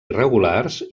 irregulars